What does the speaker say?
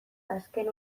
azken